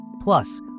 Plus